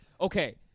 okay